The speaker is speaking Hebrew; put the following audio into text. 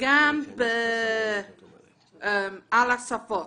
לגבי השפות.